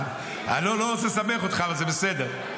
לא רוצה לסבך אותך אבל זה בסדר.